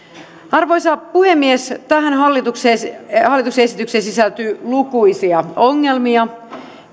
arvoisa puhemies tähän hallituksen esitykseen sisältyy lukuisia ongelmia